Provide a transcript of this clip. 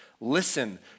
Listen